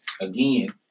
again